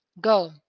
Go